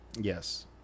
yes